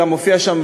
גם מופיע שם,